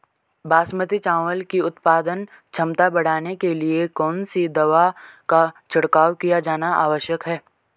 बासमती चावल की उत्पादन क्षमता बढ़ाने के लिए कौन सी दवा का छिड़काव किया जाना आवश्यक है?